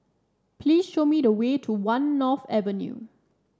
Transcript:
please show me the way to One North Avenue